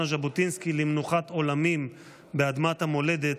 ז'בוטינסקי למנוחת עולמים באדמת המולדת,